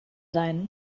sein